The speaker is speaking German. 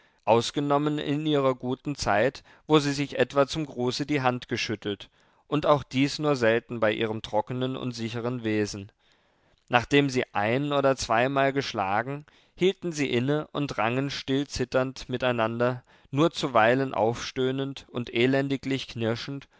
ausgenommen in ihrer guten zeit wo sie sich etwa zum gruße die hände geschüttelt und auch dies nur selten bei ihrem trockenen und sicheren wesen nachdem sie ein oder zweimal geschlagen hielten sie inne und rangen still zitternd miteinander nur zuweilen aufstöhnend und elendiglich knirschend